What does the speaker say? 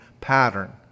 pattern